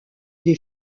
des